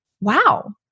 wow